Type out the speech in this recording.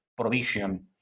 provision